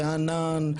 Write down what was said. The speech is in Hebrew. וענן,